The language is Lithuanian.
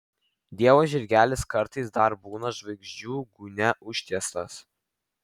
dievo žirgelis kartais dar būna žvaigždžių gūnia užtiestas